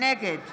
נגד